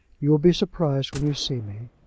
you will be surprised when you see me.